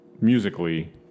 musically